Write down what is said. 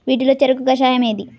వీటిలో చెరకు కషాయం ఏది?